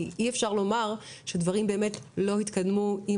כי אי אפשר לומר שדברים באמת לא התקדמו עם